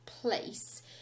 place